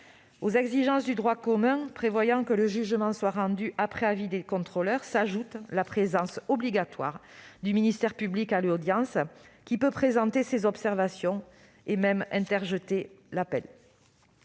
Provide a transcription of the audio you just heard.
Aux exigences du droit commun, prévoyant que le jugement sera rendu après avis des contrôleurs, s'ajoute la présence obligatoire du ministère public à l'audience, qui peut présenter ses observations et même interjeter appel.